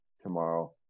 tomorrow